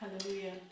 Hallelujah